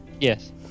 Yes